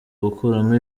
gukuramo